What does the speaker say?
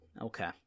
okay